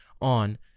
on